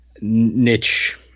niche